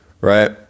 Right